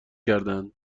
کردهاند